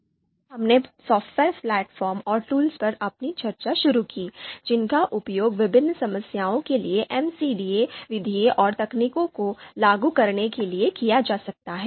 फिर हमने software platform और टूल्स पर अपनी चर्चा शुरू की जिनका उपयोग विभिन्न समस्याओं के लिए एमसीडीए विधियों और तकनीकों को लागू करने के लिए किया जा सकता है